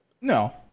No